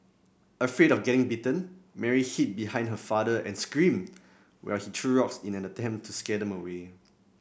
afraid of getting bitten Mary hid behind her father and screamed while he threw rocks in an attempt to scare them away